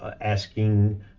asking